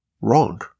Wrong